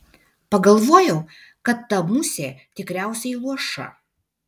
pagalvojau kad ta musė tikriausiai luoša